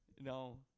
No